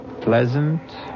pleasant